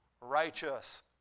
righteous